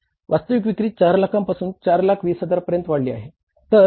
वास्तविक विक्री 4 लाखांपासून 4 लाख 20 हजारापर्यंत वाढली आहे